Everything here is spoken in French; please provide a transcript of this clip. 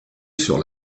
sur